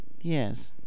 yes